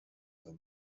them